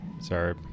Sorry